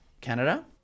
Canada